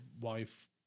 wife